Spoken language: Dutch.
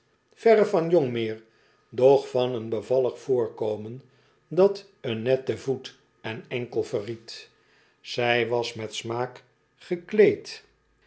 verre van jong meer doch van een bevallig voorkomen dat een netten voet en enkel verried zij was met smaak gekleed